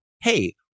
hey